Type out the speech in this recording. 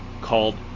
called